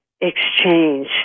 exchange